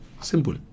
Simple